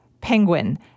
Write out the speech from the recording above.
penguin